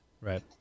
Right